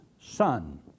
son